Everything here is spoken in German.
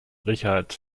richard